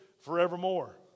forevermore